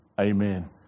Amen